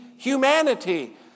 Humanity